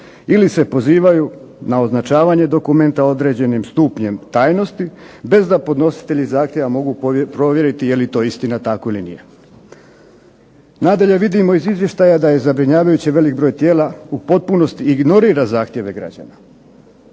ili se pozivaju na označavanjem dokumenta određenim stupnjem tajnosti bez da podnositelji zahtjeva mogu provjeriti jeli to istina tako ili nije. Nadalje vidimo iz izvještaja da je zabrinjavajuće velik broj tijela u potpunosti ignorira zahtjeve građana.